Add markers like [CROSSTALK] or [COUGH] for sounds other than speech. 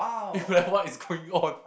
[LAUGHS] what is going on